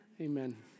Amen